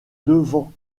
devant